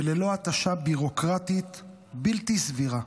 וללא התשה ביורוקרטית בלתי סבירה.